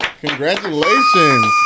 Congratulations